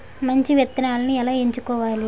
మంచి విత్తనాలను ఎలా ఎంచుకోవాలి?